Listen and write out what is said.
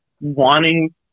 wanting